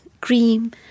cream